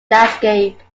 landscape